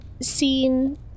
seen